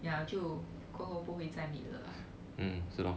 ya 就过后不会再 meet 了啦